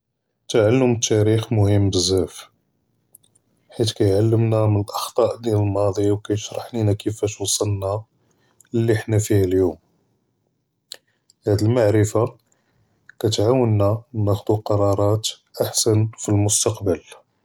תַעַלֵּם אֶלְתַּארִיך מֻהִימּ בְּזַאף, חֵית כּיַעְלְּמְנַא מִן אַלְאַחְטָאוֹ דִיַאל אֶלְמָאדִי וּכּיַשְרַח לִינַא כִּיףַאש וְصַּלְנَا לִי חְנַא פִּיה לְיוֹם, הַדּ מַעְרִפַה כּתְעַאוּנַא נָאכְחוּ קְרַרַאת אַחְסَن פִּלְמוּסְתַקְבַּל.